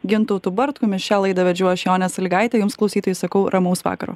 gintautu bartkumi šią laidą vedžiau aš jonė sąlygaitė jums klausytojai sakau ramaus vakaro